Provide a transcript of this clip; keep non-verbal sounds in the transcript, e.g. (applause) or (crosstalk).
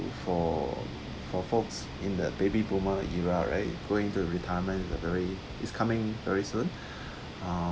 for for folks in the baby boomer era right going to retirement very is coming very soon (breath) uh